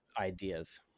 ideas